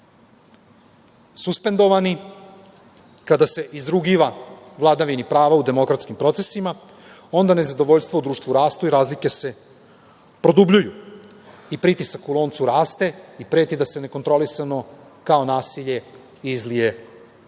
suspendovani, kada se izrugiva vladavini prava u demokratskim procesima, onda nezadovoljstvo u društvu raste i razlike se produbljuju i pritisak u loncu raste i preti da se nekontrolisano kao nasilje izlije